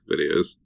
videos